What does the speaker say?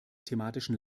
thematischen